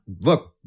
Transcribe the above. look